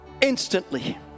instantly